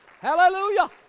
Hallelujah